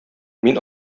мин